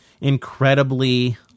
incredibly